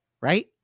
right